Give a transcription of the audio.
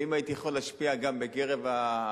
ואם הייתי יכול להשפיע גם בקרב הזואולוגיה,